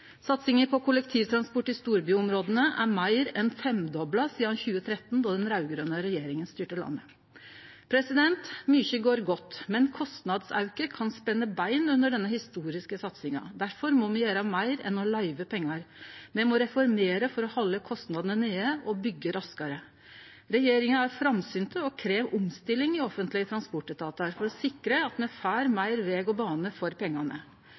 Satsinga på kollektivtransport i storbyområda er meir enn femdobla sidan 2013, då den raud-grøne regjeringa styrte landet. Mykje går godt, men kostnadsauke kan spenne bein under denne historiske satsinga. Difor må me gjere meir enn å løyve pengar. Me må reformere for å holde kostnadene nede og byggje raskare. Regjeringa er framsynt og krev omstilling i offentlege transportetatar for å sikre at me får meir veg og bane for pengane.